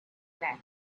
that